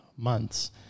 months